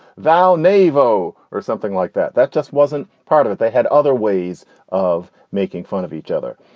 vowel, nativo or something like that. that just wasn't part of it. they had other ways of making fun of each other.